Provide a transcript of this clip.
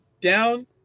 down